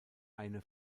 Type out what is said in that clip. eine